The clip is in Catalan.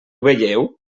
veieu